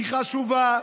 היא חשובה,